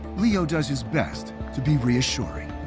liu does his best to be reassuring.